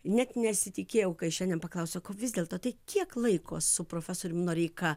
net nesitikėjau kai šiandien paklausiau ko vis dėlto tai kiek laiko su profesoriumi noreika